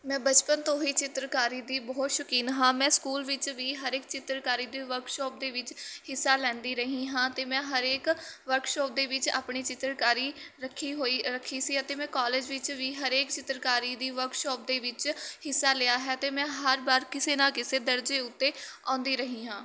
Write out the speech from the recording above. ਮੈਂ ਬਚਪਨ ਤੋਂ ਹੀ ਚਿੱਤਰਕਾਰੀ ਦੀ ਬਹੁਤ ਸ਼ੌਕੀਨ ਹਾਂ ਮੈਂ ਸਕੂਲ ਵਿੱਚ ਵੀ ਹਰ ਇੱਕ ਚਿੱਤਰਕਾਰੀ ਦੀ ਵਰਕਸ਼ੋਪ ਦੇ ਵਿੱਚ ਹਿੱਸਾ ਲੈਂਦੀ ਰਹੀ ਹਾਂ ਅਤੇ ਮੈਂ ਹਰੇਕ ਵਰਕਸ਼ੋਪ ਦੇ ਵਿੱਚ ਆਪਣੀ ਚਿੱਤਰਕਾਰੀ ਰੱਖੀ ਹੋਏ ਰੱਖੀ ਸੀ ਅਤੇ ਮੈਂ ਕੋਲਜ ਵਿੱਚ ਵੀ ਹਰੇਕ ਚਿੱਤਰਕਾਰੀ ਦੀ ਵਰਕਸ਼ੋਪ ਦੇ ਵਿੱਚ ਹਿੱਸਾ ਲਿਆ ਹੈ ਅਤੇ ਮੈਂ ਹਰ ਵਾਰ ਕਿਸੇ ਨਾ ਕਿਸੇ ਦਰਜੇ ਉੱਤੇ ਆਉਂਦੀ ਰਹੀ ਹਾਂ